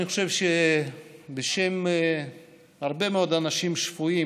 אני חושב שבשם הרבה מאוד אנשים שפויים,